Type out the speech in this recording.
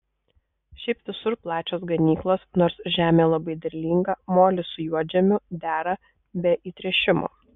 šiaip visur plačios ganyklos nors žemė labai derlinga molis su juodžemiu dera be įtręšimo